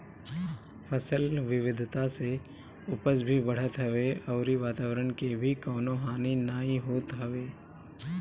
फसल विविधता से उपज भी बढ़त हवे अउरी वातवरण के भी कवनो हानि नाइ होत हवे